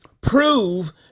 prove